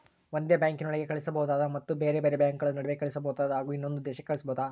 ಒಂದೇ ಬ್ಯಾಂಕಿನೊಳಗೆ ಕಳಿಸಬಹುದಾ ಮತ್ತು ಬೇರೆ ಬೇರೆ ಬ್ಯಾಂಕುಗಳ ನಡುವೆ ಕಳಿಸಬಹುದಾ ಹಾಗೂ ಇನ್ನೊಂದು ದೇಶಕ್ಕೆ ಕಳಿಸಬಹುದಾ?